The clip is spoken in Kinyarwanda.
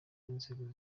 b’inzego